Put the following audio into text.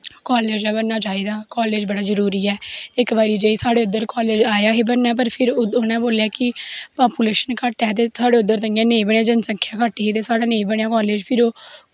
college बनना चाहिदा college बड़ा जरूरी ऐ इक बारी साढ़ै इद्धर कालेज आया हा बनना पर फिर उ'नैं बोल्लेआ कि पापुलेशन घट्ट ऐ ते थुआढ़ै इद्धर इ'यां नेईं जनसंख्या घट्ट ही ते साढ़ै नेईं बनेआ कालेज फिर ओह्